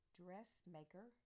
dressmaker